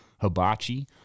hibachi